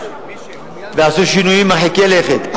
ועשו שינויים מרחיקי לכת,